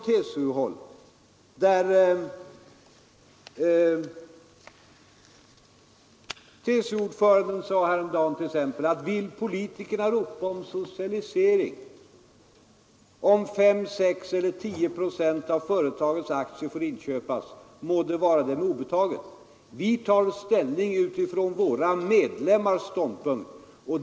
TCO-ordföranden sade t.ex. häromdagen: Vill politikerna ropa om socialisering, om 5, 6 eller 10 procent av företagens aktier får inköpas, må det vara dem obetaget; vi tar ställning från våra medlemmars ståndpunkt.